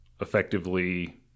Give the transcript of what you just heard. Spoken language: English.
effectively